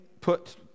put